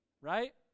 Right